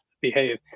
behave